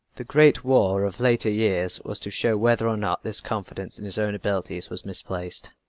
the great war of later years was to show whether or not this confidence in his own abilities was misplaced.